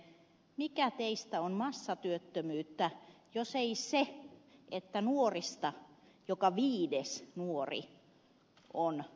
mikä teistä on massatyöttömyyttä jos ei se että nuorista joka viides nuori on työttömänä